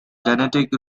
genetic